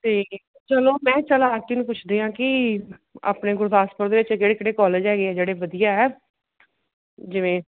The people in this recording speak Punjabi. ਅਤੇ ਚਲੋ ਮੈਂ ਚੱਲ ਆਰਤੀ ਨੂੰ ਪੁੱਛਦੀ ਹਾਂ ਕਿ ਆਪਣੇ ਗੁਰਦਾਸਪੁਰ ਦੇ ਵਿੱਚ ਕਿਹੜੇ ਕਿਹੜੇ ਕੌਲਜ ਹੈਗੇ ਜਿਹੜੇ ਵਧੀਆ ਆ ਜਿਵੇਂ